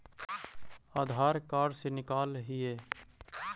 आधार card से निकाल हिऐ?